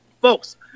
folks